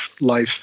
life